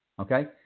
Okay